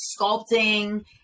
sculpting